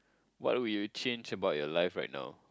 what would you change about your life right now